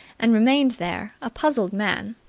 and remained there, a puzzled man.